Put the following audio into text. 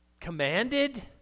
commanded